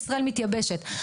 ישראל מתייבשת.